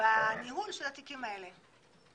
בניהול התיקים האלה.